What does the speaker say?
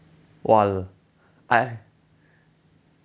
!wah! I